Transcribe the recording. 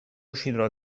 uscito